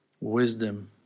Wisdom